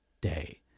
day